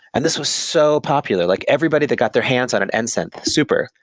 and this was so popular. like everybody that got their hands on and and nsynth super,